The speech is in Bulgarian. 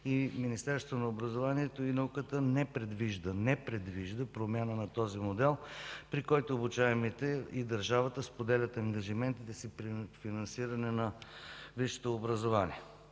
и Министерството на образованието и науката не предвижда промяна на този модел, при който обучаемите и държавата споделят ангажиментите си при финансиране на висшето образование.